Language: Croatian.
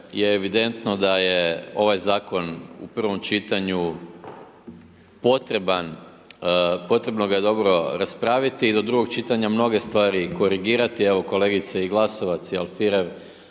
je evidentno da je ovaj zakon u prvom čitanju potrebno ga je dobro raspraviti, do drugog čitanja mnoge stvari korigirati, evo kolegice i Glasovac i Alfirev